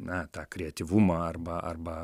na tą kreatyvumą arba arba